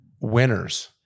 winners